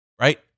right